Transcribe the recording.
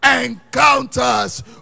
encounters